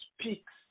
speaks